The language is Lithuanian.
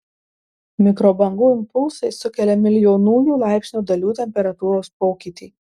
mikrobangų impulsai sukelia milijonųjų laipsnio dalių temperatūros pokytį